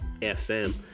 FM